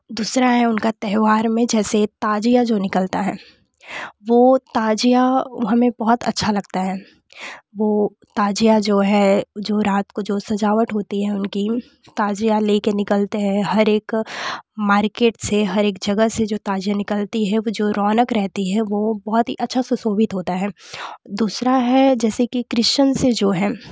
दूसरा है उनका त्यौहार में जैसे ताजिया जो निकलता है वो ताजिया हमें बहुत अच्छा लगता है वो ताजिया जो है जो रात को जो सजावट होती है उनकी ताजिया लेकर निकलते हैं हर एक मार्केट से हर एक जगह से जो ताजिया निकालती है वो जो रौनक रहती है वो बहुत ही अच्छा सुशोभित होता है दूसरा है क्रिश्चनस जो हैं